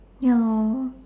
ya lor